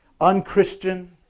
un-Christian